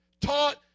taught